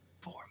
four